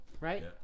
right